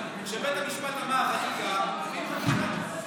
כשבית המשפט אמר חקיקה, מביאים חקיקה.